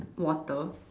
water